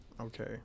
Okay